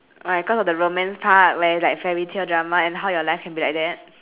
why cause of the romance part where like fairytale drama and how your life can be like that